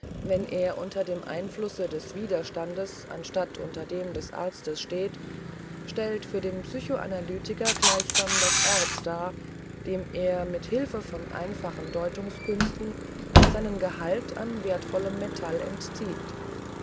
wenn er unter dem einflüsse des widerstandes anstatt unter dem des arztes steht stellt für den psychoanalytiker gleichsam das erz dar dem er mit hilfe von einfachen deutungskünsten seinen gehalt an wertvollem metall entzieht